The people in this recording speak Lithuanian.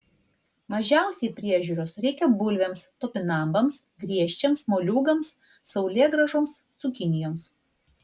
mažiausiai priežiūros reikia bulvėms topinambams griežčiams moliūgams saulėgrąžoms cukinijoms